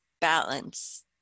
balance